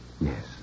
Yes